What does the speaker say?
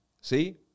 see